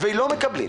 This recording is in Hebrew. - לא מקבלים.